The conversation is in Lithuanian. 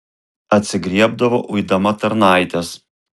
atsigriebdavo uidama tarnaites